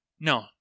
No